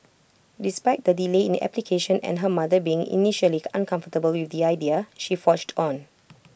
despite the delay in application and her mother being initially uncomfortable with the idea she forged on